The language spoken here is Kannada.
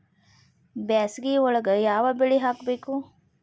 ಬ್ಯಾಸಗಿ ಒಳಗ ಯಾವ ಬೆಳಿ ಹಾಕಬೇಕು?